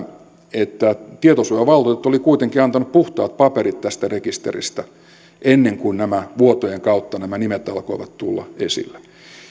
että tietosuojavaltuutettu oli kuitenkin antanut puhtaat paperit tästä rekisteristä ennen kuin vuotojen kautta nämä nimet alkoivat tulla esille